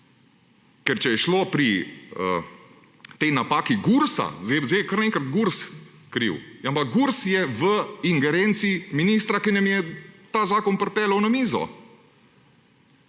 Ker če je šlo pri tej napaki Gursa – sedaj je kar naenkrat Gurs kriv, ampak Gurs je v ingerenci ministra, ki nam je ta zakon pripeljal na mizo!